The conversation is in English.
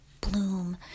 bloom